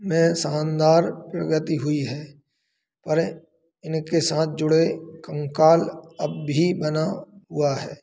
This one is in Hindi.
में शानदार प्रगति हुई है पर इनके साथ जुड़े कंकाल अब भी बना हुआ है